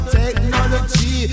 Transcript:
technology